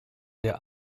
der